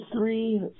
three